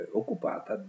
occupata